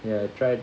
ya